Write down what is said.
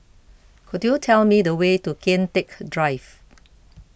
could you tell me the way to Kian Teck Drive